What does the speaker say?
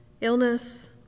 illness